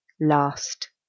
last